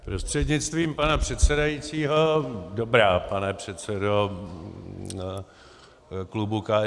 Prostřednictvím pana předsedajícího, dobrá, pane předsedo klubu KSČM.